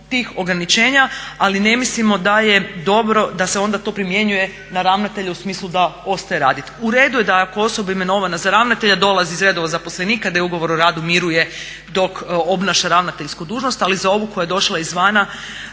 tih ograničenja, ali ne mislimo da je dobro da se onda to primjenjuje na ravnatelja u smislu da ostaje raditi. Uredu je da ako je osoba imenovana za ravnatelja dolazi iz redova zaposlenika, da ugovor o radu miruje dok obnaša ravnateljsku dužnost, ali za ovu koja je došla izvana